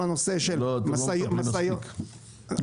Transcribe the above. אתה צודק.